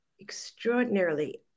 extraordinarily